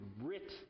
writ